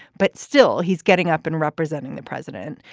but still, he's getting up and representing the president.